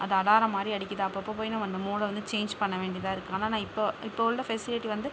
அது அலாரம் மாதிரி அடிக்குது அப்பப்போ போய் நம்ம அந்த மோடை வந்து சேஞ்ச் பண்ண வேண்டியதாக இருக்குது ஆனால் நான் இப்போ இப்போ உள்ள ஃபெசிலிட்டி வந்து